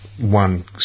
one